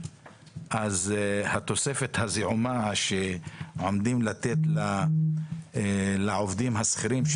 אז התוספת הזעומה שעומדים לתת לעובדים השכירים,